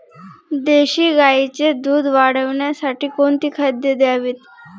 देशी गाईचे दूध वाढवण्यासाठी कोणती खाद्ये द्यावीत?